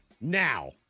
now